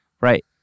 Right